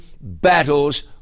battles